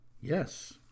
Yes